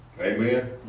Amen